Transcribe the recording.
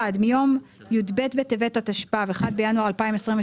(1) מיום י"ב בטבת התשפ"ו (1 בינואר 2026)